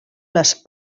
les